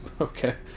Okay